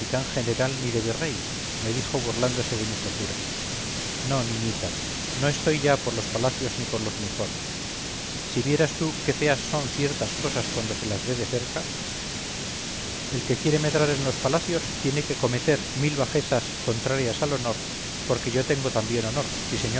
general ni de virrey me dijo burlándose de mis locuras no niñita no estoy ya por los palacios ni por los uniformes si vieras tú qué feas son ciertas cosas cuando se las ve de cerca el que quiere medrar en los palacios tiene que cometer mil bajezas contrarias al honor porque yo tengo también mi honor